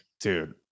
dude